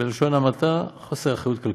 בלשון המעטה, חוסר אחריות כלכלית.